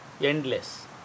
endless